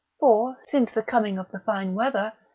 for, since the coming of the fine weather,